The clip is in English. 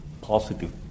positive